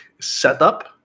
setup